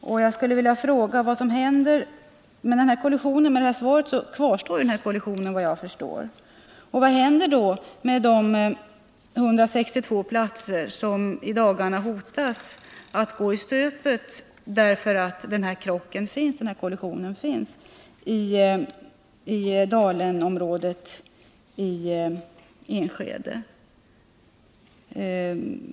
Enligt svaret kvarstår såvitt jag förstår den här kollisionen, och jag skulle vilja fråga: Vad händer med de 162 platser som riskerar att gå i stöpet i Dalenområdet i Enskede, därför att denna krock, denna kollision sker?